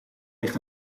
ligt